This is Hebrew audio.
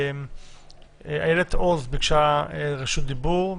איילת עוז ביקשה רשות דיבור,